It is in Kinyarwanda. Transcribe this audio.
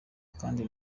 kandi